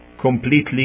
Completely